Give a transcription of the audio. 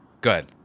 good